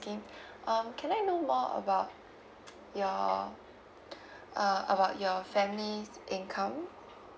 scheme um can I know more about your uh about your family's income